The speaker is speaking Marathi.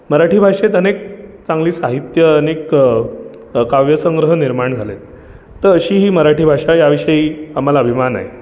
मराठी भाषेत अनेक चांगली साहित्यं अनेक काव्यसंग्रह निर्माण झाले तर अशी ही मराठी भाषा या विषयी आम्हाला अभिमाने